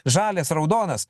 žalias raudonas